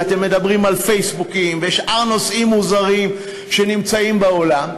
ואתם מדברים על פייסבוקים ושאר נושאים מוזרים שנמצאים בעולם,